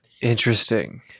Interesting